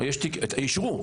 כן, אישרו.